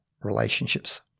relationships